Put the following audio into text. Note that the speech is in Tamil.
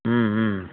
ம் ம்